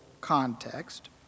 context